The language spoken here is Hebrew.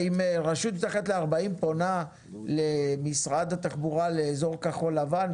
אם רשות מתחת ל-40 אלף תושבים פונה למשרד התחבורה לאזור כחול-לבן,